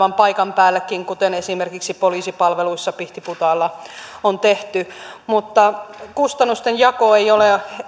tulla aivan paikan päällekin kuten esimerkiksi poliisipalveluissa pihtiputaalla on tehty mutta kustannusten jako ei ole